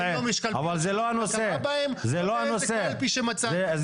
או בקלפי שמצאת.